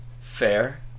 Fair